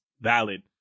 valid